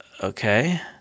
Okay